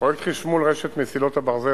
פרויקט חשמול רשת מסילות הברזל,